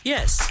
Yes